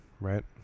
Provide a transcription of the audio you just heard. right